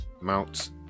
Mount